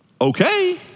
okay